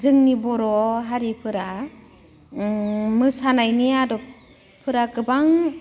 जोंनि बर'हारिफोरा मोसानायनि आदबफोरा गोबां